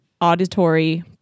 auditory